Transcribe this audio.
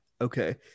okay